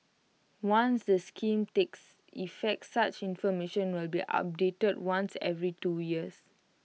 once the scheme takes effect such information will be updated once every two years